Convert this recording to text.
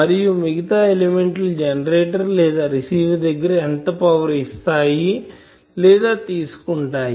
మరియు మిగతా ఎలిమెంట్ లు జెనరేటర్ లేదా రిసీవర్ దగ్గర ఎంత పవర్ ఇస్తాయి లేదా తీసుకుంటాయి